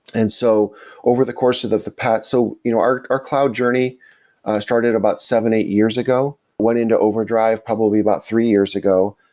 and so over the course of of the so you know our our cloud journey started about seven, eight years ago, went into overdrive probably about three years ago.